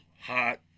hot